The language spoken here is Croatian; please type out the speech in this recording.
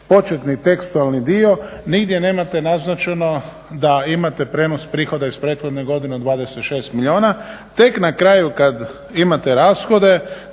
početni tekstualni dio nigdje nemate naznačeno da imate prijenos prihoda iz prethodne godine od 26 milijuna, tek na kraju kada imate rashode